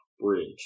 Bridge